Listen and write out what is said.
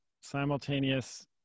simultaneous